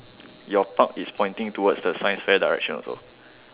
your park is pointing towards the science fair direction also